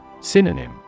Synonym